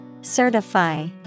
Certify